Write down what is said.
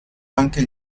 anche